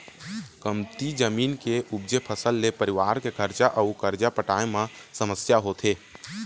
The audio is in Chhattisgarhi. कमती जमीन के उपजे फसल ले परिवार के खरचा अउ करजा पटाए म समस्या होथे